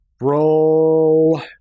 Roll